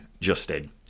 Justin